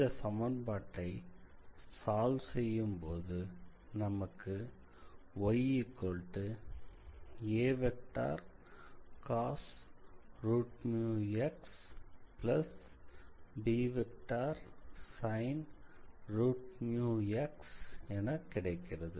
இந்த சமன்பாட்டை சால்வ் செய்யும்போது நமக்கு yacosxbsinxஎன கிடைக்கிறது